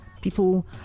people